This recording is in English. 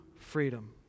freedom